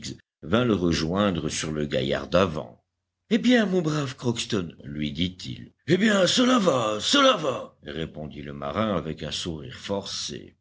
vint le rejoindre sur le gaillard d'avant eh bien mon brave crockston lui dit-il eh bien cela va cela va répondit le marin avec un sourire forcé